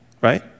right